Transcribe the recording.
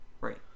Right